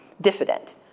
diffident